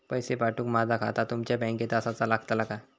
पैसे पाठुक माझा खाता तुमच्या बँकेत आसाचा लागताला काय?